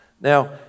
Now